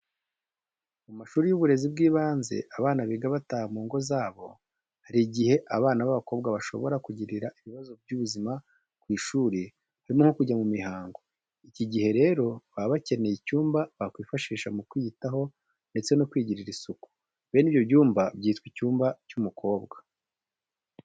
Mu mashuri y'uburezi bw'ibanze abana biga bataha mu ngo zabo. Hari igihe abana b'abakobwa bashobora kugirira ibibazo by'ubuzima ku ishuri harimo nko kujya mu mihango, iki gihe rero baba bakeneye icyumba bakwifashisha mu kwiyitaho ndetse no kwigirira isuku. Bene ibyo byumba byitwa: "Icyumba cy'umukobwa."